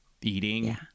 eating